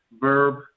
verb